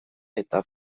eta